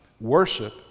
Worship